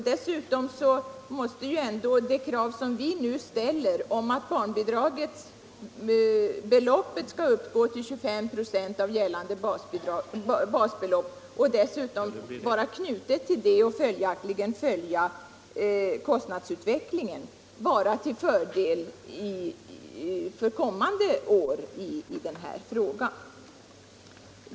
Dessutom måste ändå det krav som vi nu ställer — att barnbidraget skall uppgå till 25 96 av gällande basbelopp, vara knutet till det och följaktligen följa kostnadsutvecklingen — vara till fördel för kommande år.